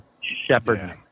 Shepherd